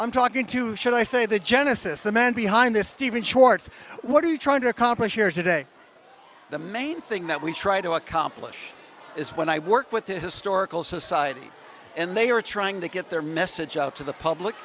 i'm talking to should i say the genesis the man behind this steven schwartz what are you trying to accomplish here today the main thing that we try to accomplish is when i work with the historical society and they are trying to get their message out to the public